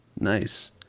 nice